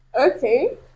Okay